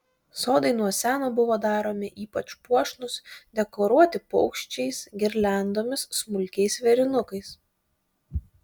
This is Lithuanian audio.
sodai nuo seno buvo daromi ypač puošnūs dekoruoti paukščiais girliandomis smulkiais vėrinukais